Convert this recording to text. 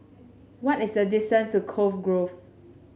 what is the distance to Cove Grove